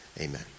Amen